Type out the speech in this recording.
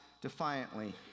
defiantly